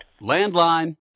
Landline